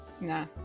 Nah